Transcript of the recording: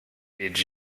did